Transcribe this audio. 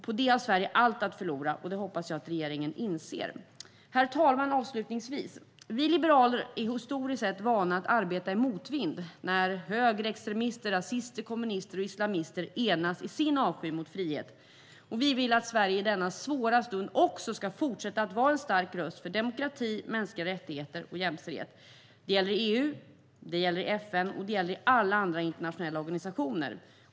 På det har Sverige allt att förlora, och det hoppas jag att regeringen inser. Avslutningsvis, herr talman: Vi liberaler är historiskt sett vana att arbeta i motvind när högerextremister, rasister, kommunister och islamister enas i sin avsky mot frihet. Vi vill att Sverige i denna svåra tid ska fortsätta att vara en stark röst för demokrati, mänskliga rättigheter och jämställdhet. Det gäller i EU, det gäller i FN och det gäller i alla andra internationella organisationer.